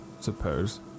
suppose